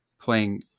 playing